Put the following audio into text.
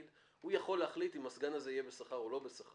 הוא יכול להחליט אם הסגן הזה יהיה בשכר או לא בשכר,